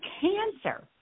cancer